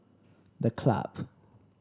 The Club